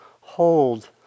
hold